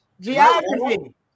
Geography